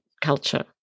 culture